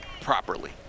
properly